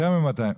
יותר מ-200?